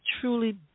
truly